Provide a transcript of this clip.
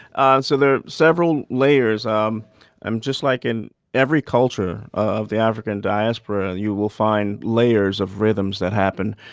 ah so there are several layers um i'm just like in every culture of the african diaspora. you will find layers of rhythms that happen.